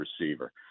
receiver